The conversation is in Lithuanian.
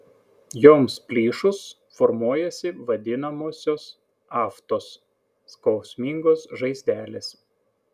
joms plyšus formuojasi vadinamosios aftos skausmingos žaizdelės